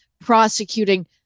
prosecuting